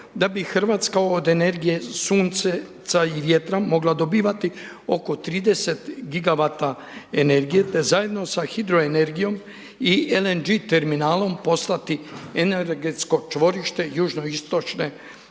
da bi Hrvatska od energije sunca i vjetra mogla dobivati oko 30 gigavata energije te zajedno sa hidroenergijom i LNG terminalom, postati energetsko čvorište jugoistočne